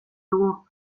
dugu